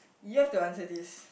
you have to answer this